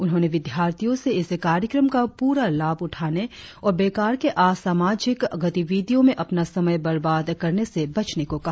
उन्होंने विद्यार्थीयों से इस कार्यक्रम का पूरा लाभ उठाने और बेकार के असामाजिक गतिविधियों में अपना समय बर्बाद करने से बचने को कहा